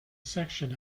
section